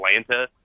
Atlanta